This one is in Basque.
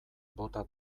bota